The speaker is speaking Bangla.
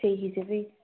সেই হিসেবেই